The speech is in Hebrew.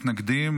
מתנגדים.